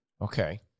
Okay